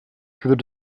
through